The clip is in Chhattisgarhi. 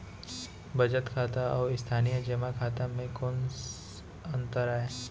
बचत खाता अऊ स्थानीय जेमा खाता में कोस अंतर आय?